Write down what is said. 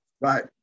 Right